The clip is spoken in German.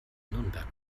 nürnberg